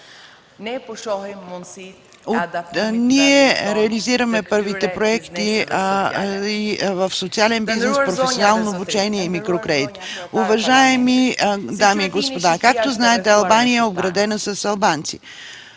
Ние реализираме първите проекти в социален бизнес, професионално обучение и микрокредити. Уважаеми дами и господа, както знаете, Албания е обградена с албанци